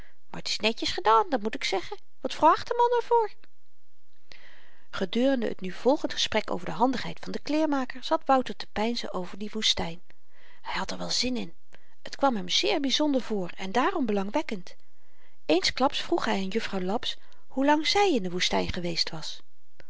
maar t is netjes gedaan dat moet ik zeggen wat vraagt de man er voor gedurende t nu volgend gesprek over de handigheid van den kleermaker zat wouter te peinzen over die woestyn hy had er wel zin in het kwam hem zeer byzonder voor en daarom belangwekkend eensklaps vroeg hy aan juffrouw laps hoelang zy in de woestyn geweest was